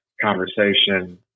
conversation